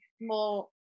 more